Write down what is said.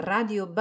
Radio